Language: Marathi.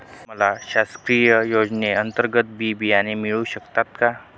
मला शासकीय योजने अंतर्गत बी बियाणे मिळू शकतात का?